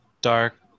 dark